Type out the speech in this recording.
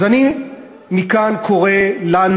אז אני מכאן קורא לנו,